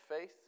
Faith